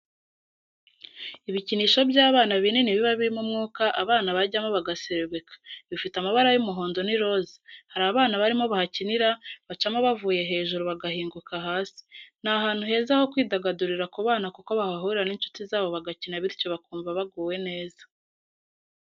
Ibikinisho by'abana binini biba birimo umwuka abana bajyamo bagaserebeka, bifite amabara y'umuhondo n'iroza, hari abana barimo bahakinira, bacamo bavuye hejuru bagahinguka hasi, ni ahantu heza ho kwidagadurira ku bana kuko bahahurira n'inshuti zabo bagakina bityo bakumva baguwe neza.